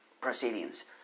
proceedings